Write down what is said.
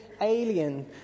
alien